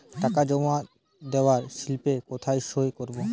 টাকা জমা দেওয়ার স্লিপে কোথায় সই করব?